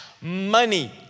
money